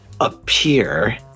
appear